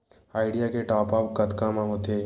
Idea के top आप कतका म होथे?